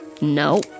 No